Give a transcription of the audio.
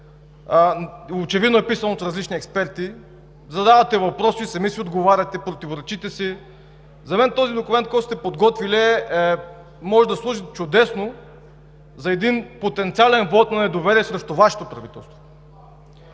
очевидно е писан от различни експерти. Задавате въпроси и сами си отговаряте, противоречите си. За мен този документ, който сте подготвили, може да служи чудесно за един потенциален вот на недоверие срещу Вашето правителство.